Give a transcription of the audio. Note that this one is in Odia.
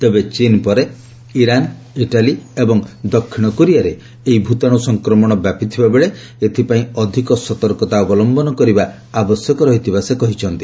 ତେବେ ଚୀନ୍ ପରେ ଇରାନ ଇଟାଲୀ ଏବଂ ଦକ୍ଷିଣ କୋରିଆରେ ଏହି ଭୂତାଣୁ ସଂକ୍ରମଣ ବ୍ୟାପିଥିବା ବେଳେ ଏଥିପାଇଁ ଅଧିକ ସତର୍କତା ଅବଲମ୍ଘନ କରିବା ଆବଶ୍ୟକ ରହିଥିବା ସେ କହିଛନ୍ତି